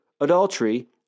adultery